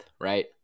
right